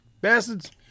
Bastards